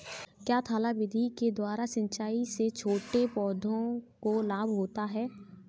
क्या थाला विधि के द्वारा सिंचाई से छोटे पौधों को लाभ होता है?